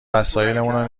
وسایلامو